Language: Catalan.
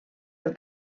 del